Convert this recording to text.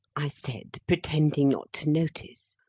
i said, pretending not to notice,